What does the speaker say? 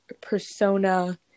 persona